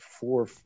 four